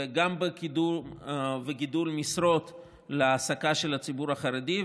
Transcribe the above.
וגם בקידום וגידול משרות להעסקה של הציבור החרדי,